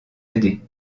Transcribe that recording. aider